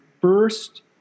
first